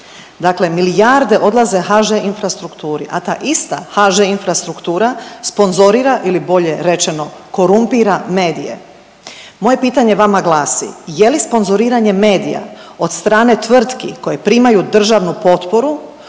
Dakle, milijarde odlaze HŽ Infrastrukturi, a ta ista HŽ Infrastruktura sponzorira ili bolje rečeno, korumpira medije. Moje pitanje vama glasi, je li sponzoriranje medija od strane tvrtki koje primaju državnu potporu